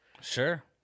Sure